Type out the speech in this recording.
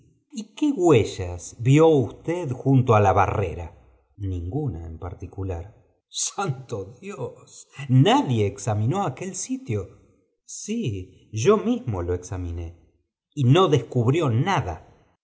y qué huellas vió usted junto a la barrera j ninguna en particular santo dios nadie examinó aquel sitio f sí yo mismo lo examiné y no descubrió nada